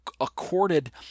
accorded